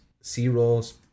C-rolls